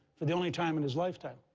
the only time in his lifetime.